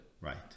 Right